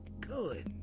good